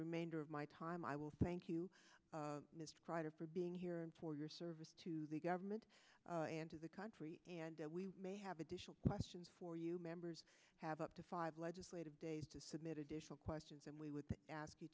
remainder of my time i will thank you for being here and for your service to the government and to the country and we may have additional questions for you members have up to five legislative days to submit additional questions and we would ask you